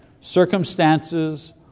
circumstances